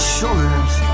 shoulders